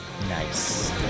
Nice